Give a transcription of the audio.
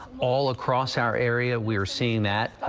all across our area we're seeing that.